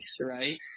Right